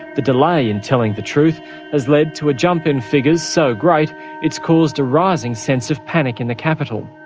the delay in telling the truth has led to a jump in figures so great it's caused a rising sense of panic in the capital.